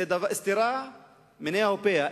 זה סתירה מיניה וביה.